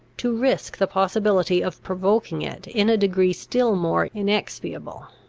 to risk the possibility of provoking it in a degree still more inexpiable,